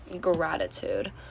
gratitude